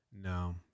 No